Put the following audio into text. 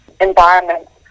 environments